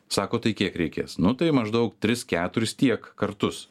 sako tai kiek reikės nu tai maždaug tris keturis tiek kartus